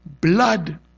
Blood